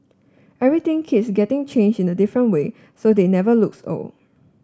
everything keeps getting changed in a different way so they never looks old